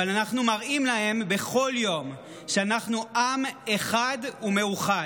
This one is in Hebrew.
אבל אנחנו מראים להם בכל יום שאנחנו עם אחד ומאוחד,